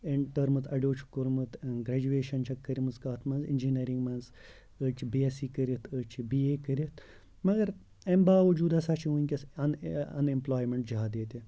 in terms اَڑیو چھِ کوٚرمُت گرٛیجویشَن چھَکھ کٔرمٕژ کَتھ منٛز اِنجیٖنٔرِنٛگ منٛز أڑۍ چھِ بی ایس سی کٔرِتھ أڑۍ چھِ بی اے کٔرِتھ مگر اَمہِ باوجوٗد ہَسا چھِ وٕنکیٚس اَن اَن ایمپٕلایمیٚنٹ زیادٕ ییٚتہِ